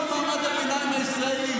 דברו על מעמד הביניים הישראלי,